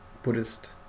buddhist